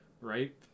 right